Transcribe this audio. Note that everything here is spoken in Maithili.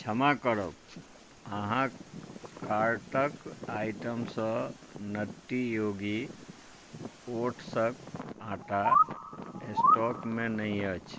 क्षमा करब अहाँक कार्टक आइटमसँ नट्टी योगी ओट्सक आटा स्टॉकमे नहि अछि